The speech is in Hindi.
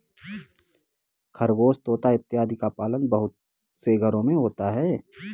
खरगोश तोता इत्यादि का पालन बहुत से घरों में होता है